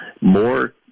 More